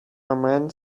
man